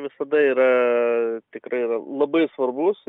visada yraaa tikrai la labai svarbus